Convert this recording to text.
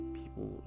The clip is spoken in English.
people